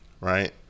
right